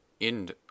End